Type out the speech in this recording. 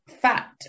fat